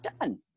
done